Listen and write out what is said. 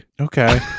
Okay